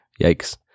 yikes